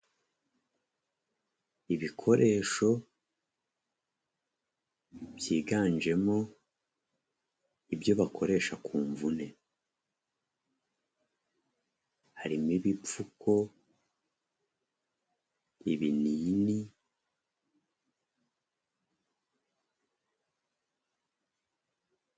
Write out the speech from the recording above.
Ibikoresho byiganjemo ibyo bakoresha ku mvune, harimo ibipfuko ibini.